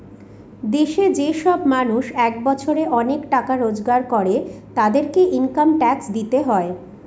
দেশে যে সব মানুষ এক বছরে অনেক টাকা রোজগার করে, তাদেরকে ইনকাম ট্যাক্স দিতে হয়